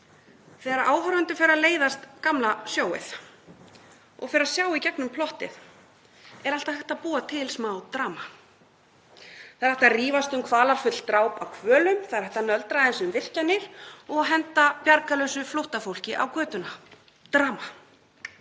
Þegar áhorfendum fer að leiðast gamla sjóið og fara að sjá í gegnum plottið er alltaf hægt að búa til smá drama. Það er hægt að rífast um kvalafull dráp á hvölum, það er hægt að nöldra aðeins um virkjanir og henda bjargarlausu flóttafólki á götuna. Drama